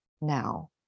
now